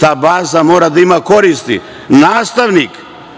ta baza mora da ima koristi. Nastavnik